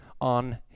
on